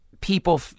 people